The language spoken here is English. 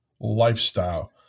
lifestyle